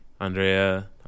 Andrea